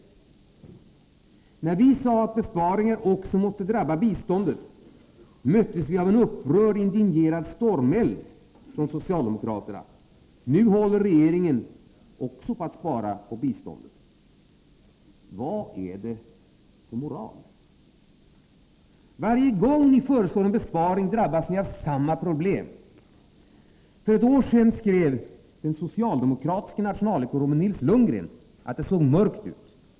När vi sade att besparingar också måste drabba biståndet, möttes vi av en upprörd, indignerad stormeld från socialdemokraterna. Nu håller regeringen på att spara även på biståndet. Vad är detta för moral? Varje gång ni föreslår en besparing drabbas ni av samma problem. För ett år sedan skrev den socialdemokratiska nationalekonomen Nils Lundgren att det såg mörkt ut.